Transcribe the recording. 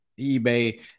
eBay